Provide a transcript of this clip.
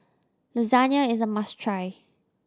lasagna is a must try